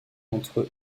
entre